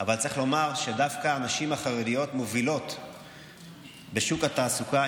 אבל צריך לומר שדווקא הנשים החרדיות מובילות בשוק התעסוקה,